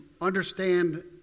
understand